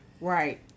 Right